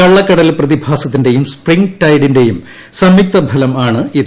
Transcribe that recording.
കള്ളക്കടൽ പ്രതിഭാസത്തിന്റെയും spring tide ന്റെയും സംയുകത ഫലം ആണിത്